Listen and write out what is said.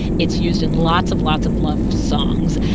it's used in lots of lots of love songs.